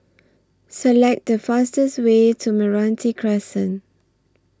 Select The fastest Way to Meranti Crescent